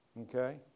okay